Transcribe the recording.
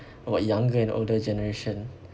about younger and older generation